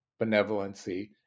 benevolency